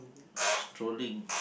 strolling